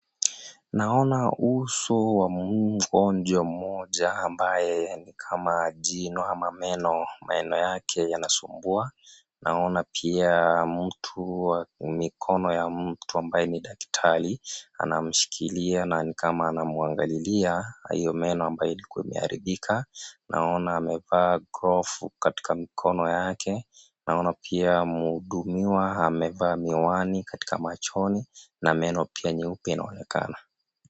Naona uso wa mgonjwa mmoja ambaye nikama jino ama meno yake yanasumbua, naona pia mtu, mikono ya mtu ambaye ni daktari anamshikilia na nikama anamwangilila iyo meno ambayo ilikuwa imeharibika , naona amevaa glovu katika mkono yake, naona pia mhudumiwa amevaa miwani katika machoni na meno pia nyeupe inaonekana.